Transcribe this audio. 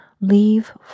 leave